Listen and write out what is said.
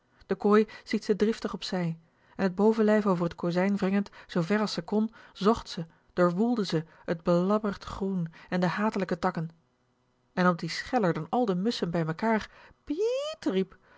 de kooi stiet ze driftig op zij en t bovenlijf over t kozijn wringend zoo ver als ze kon zocht ze doorwoelde ze t belabberd groen en de hatelijke takken en omdat-ie scheller dan al de musschen bij mekaar